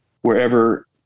wherever